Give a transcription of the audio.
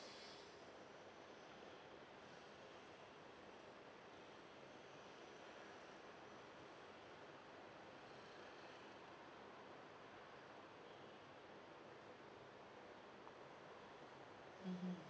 mmhmm